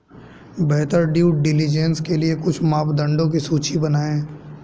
बेहतर due diligence के लिए कुछ मापदंडों की सूची बनाएं?